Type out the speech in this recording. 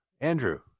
Andrew